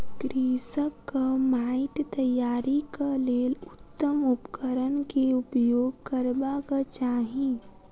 कृषकक माइट तैयारीक लेल उत्तम उपकरण केउपयोग करबाक चाही